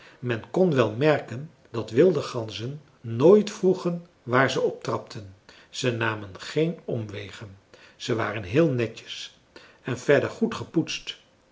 men kon wel merken dat wilde ganzen nooit vroegen waar ze op trapten ze namen geen omwegen ze waren heel netjes en verder goed gepoetst